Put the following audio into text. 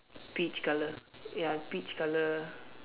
peach colour ya peach colour